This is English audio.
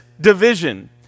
division